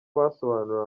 basobanuriwe